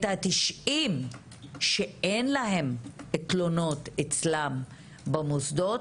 את 90 שאין להם תלונות במוסדות